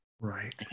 Right